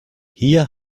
hier